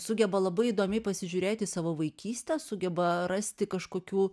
sugeba labai įdomiai pasižiūrėt į savo vaikystę sugeba rasti kažkokių